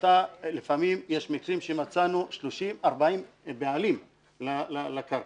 לפעמים יש מקרים שמצאנו 30, 40 בעלים לקרקע.